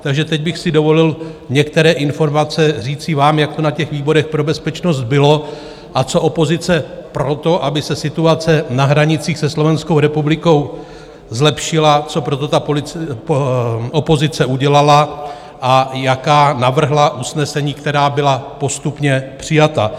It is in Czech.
Takže teď bych si dovolil některé informace říci vám, jak to na výborech pro bezpečnost bylo a co opozice pro to, aby se situace na hranicích se Slovenskou republikou zlepšila, co pro to opozice udělala a jaká navrhla usnesení, která byla postupně přijata.